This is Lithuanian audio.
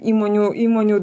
įmonių įmonių